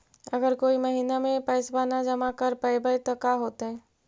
अगर कोई महिना मे पैसबा न जमा कर पईबै त का होतै?